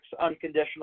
unconditional